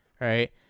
right